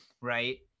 right